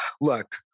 look